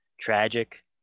tragic